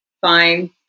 fine